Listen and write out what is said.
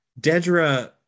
Dedra